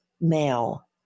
male